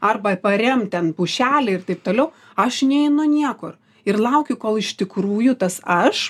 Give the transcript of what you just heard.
arba paremt ten pušelę ir taip toliau aš neinu niekur ir laukiu kol iš tikrųjų tas aš